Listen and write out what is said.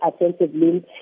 attentively